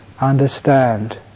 understand